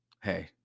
Hey